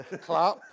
clap